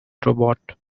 robot